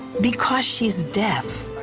because she is deaf.